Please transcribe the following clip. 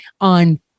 on